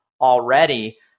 already